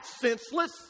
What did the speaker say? senseless